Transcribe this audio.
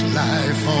life